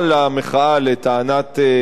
לטענת המציעים,